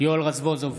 יואל רזבוזוב,